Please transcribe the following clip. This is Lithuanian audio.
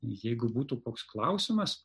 jeigu būtų koks klausimas